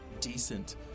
decent